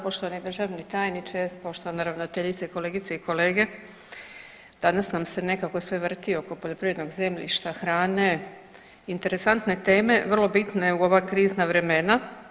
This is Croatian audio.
Poštovani državni tajniče, poštovana ravnateljice, kolegice i kolege, danas nam se nekako sve vrti oko poljoprivrednog zemljišta, hrane, interesantne teme vrlo bitne u ova krizna vremena.